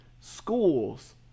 schools